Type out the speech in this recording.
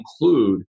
include